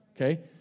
Okay